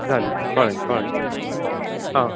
जाली कळ्ळें कळ्ळें आं